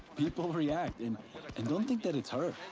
people react, and and don't think that it's her.